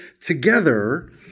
together